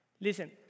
Listen